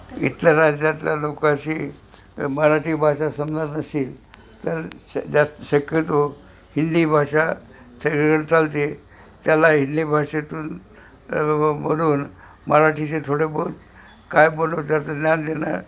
इथल्या राज्यातल्या लोकांशी मराठी भाषा समजा नसेल तर श शक्यतो हिंदी भाषा सगळीकडे चालते त्याला हिंदी भाषेतून म्हणून मराठीचे थोडे बहुत काय ज्ञान देणार